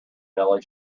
nelly